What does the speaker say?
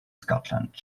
scotland